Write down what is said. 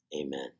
Amen